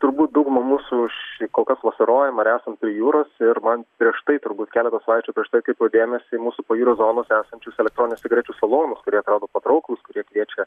turbūt dauguma mūsų aš kol kas vasarojam ar esam prie jūros ir man prieš tai turbūt keletą savaičių prieš tai atkreipiau dėmesį į mūsų pajūrio zonos esančius elektroninių cigarečių salonus kurie atrodo patrauklūs kurie kviečia